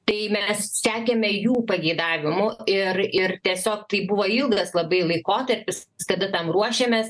tai mes sekėme jų pageidavimu ir ir tiesiog tai buvo ilgas labai laikotarpis kada tam ruošėmės